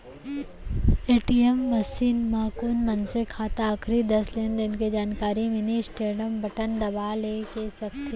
ATM machine म कोन मनसे खाता आखरी दस लेनदेन के जानकारी मिनी स्टेटमेंट बटन दबा के ले सकथे